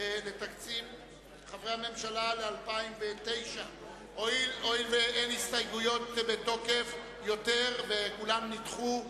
חברי הממשלה 2009. הואיל ואין הסתייגויות בתוקף וכולן נדחו,